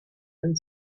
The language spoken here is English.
and